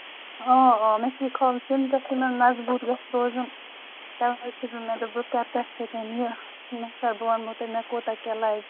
آ آ مےٚ چھُ یہِ کھالُن سیٖمٹھس منٛز مضبوٗط گژھِ روزُن تَوے چھُ مےٚ مےٚ دوٚپ بہٕ کرٕ تۅہہِ سۭتۍ یہِ مےٚ چھُ بہٕ وَنہو تۄہہِ مےٚ کوٗتاہ کیٛاہ لَگہِ